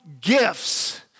gifts